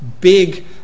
big